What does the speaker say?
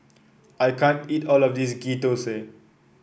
I can't eat all of this Ghee Thosai